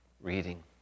reading